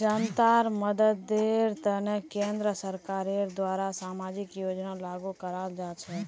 जनतार मददेर तने केंद्र सरकारेर द्वारे सामाजिक योजना लागू कराल जा छेक